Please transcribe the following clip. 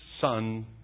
son